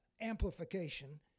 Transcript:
amplification